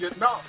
No